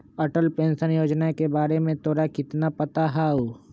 Atal pension योजना के बारे में तोरा कितना पता हाउ?